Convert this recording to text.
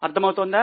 అర్థమవుతుందా